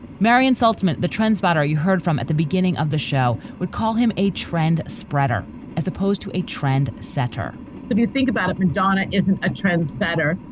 marion saltzman, the transporter you heard from at the beginning of the show, would call him a trend spreader as opposed to a trend setter if you think about it, madonna isn't a trendsetter.